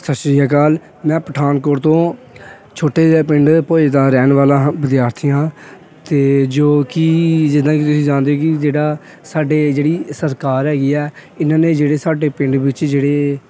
ਸਤਿ ਸ਼੍ਰੀ ਅਕਾਲ ਮੈਂ ਪਠਾਨਕੋਟ ਤੋਂ ਛੋਟੇ ਜਿਹੇ ਪਿੰਡ ਭੁੱਜ ਦਾ ਰਹਿਣ ਵਾਲਾ ਹਾਂ ਵਿਦਿਆਰਥੀ ਹਾਂ ਅਤੇ ਜੋ ਕਿ ਜਿੱਦਾਂ ਕਿ ਤੁਸੀਂ ਜਾਣਦੇ ਹੋ ਕਿ ਜਿਹੜਾ ਸਾਡੇ ਜਿਹੜੀ ਸਰਕਾਰ ਹੈਗੀ ਆ ਇਹਨਾਂ ਨੇ ਜਿਹੜੇ ਸਾਡੇ ਪਿੰਡ ਵਿੱਚ ਜਿਹੜੇ